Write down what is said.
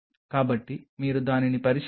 కాబట్టి మీరు దానిని పరిశీలిస్తే